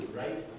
right